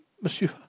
monsieur